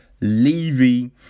Levy